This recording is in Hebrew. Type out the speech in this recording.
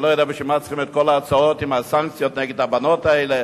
אני לא יודע בשביל מה צריך את כל ההצעות עם הסנקציות נגד הבנות האלה.